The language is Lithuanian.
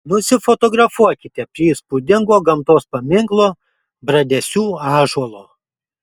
nusifotografuokite prie įspūdingo gamtos paminklo bradesių ąžuolo